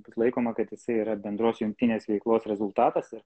laikoma kad jisai yra bendros jungtinės veiklos rezultatas ir